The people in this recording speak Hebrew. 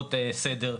בהפרות הסדר.